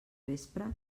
vespre